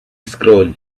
scroll